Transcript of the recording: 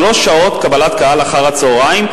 שלוש שעות קבלת קהל אחר-הצהריים,